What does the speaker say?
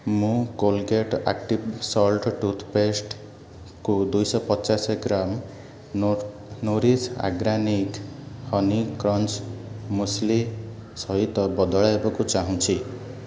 ମୁଁ Colgate active salt toothpaste କୁ ଦୁଇଶପଚାଶ gram Nourish organic honey crunch muesli ସହିତ ବଦଳାଇବାକୁ ଚାହୁଁଛି